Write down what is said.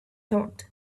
thought